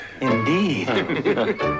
Indeed